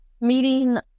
meeting